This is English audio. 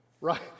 right